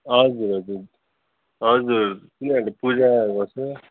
हजुर हजुर हजुर तिनीहरूले पूजा गर्छ